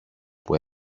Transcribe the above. που